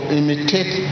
imitate